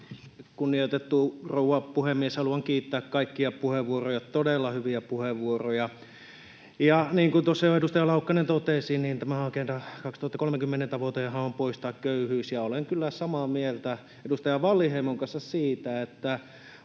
Kunnioitettu rouva puhemies! Haluan kiittää kaikkia puheenvuoroista: todella hyviä puheenvuoroja. Niin kuin tuossa jo edustaja Laukkanen totesi, tämän Agenda 2030:n tavoitehan on poistaa köyhyys, ja olen kyllä samaa mieltä edustaja Wallinheimon kanssa siitä, että